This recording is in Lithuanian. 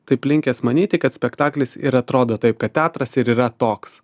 taip linkęs manyti kad spektaklis ir atrodo taip kad teatras ir yra toks